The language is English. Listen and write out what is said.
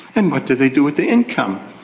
and what do they do with the income?